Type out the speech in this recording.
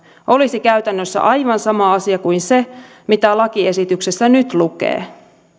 olisi käytännössä aivan sama asia kuin se mitä lakiesityksessä nyt lukee